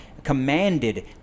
commanded